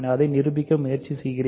அதை நிரூபிக்க முயற்சிக்கிறேன்